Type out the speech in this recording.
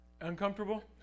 Uncomfortable